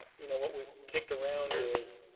you know what we've kicked around is,